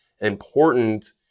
important